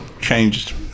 changed